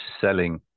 selling